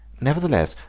nevertheless,